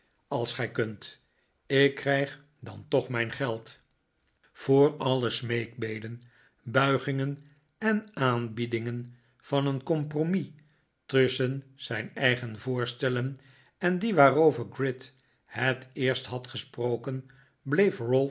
als gij kunt ik krijg dan toch mijn geld voor alle smeekbeden betuigingen en aanbiedingen van een compromis tusschen zijn eigen voorstellen en die waarover gride het eerst had gesproken bleef